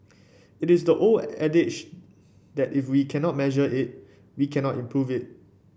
it is the old adage that if we cannot measure it we cannot improve it